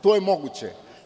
To je moguće.